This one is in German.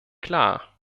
klar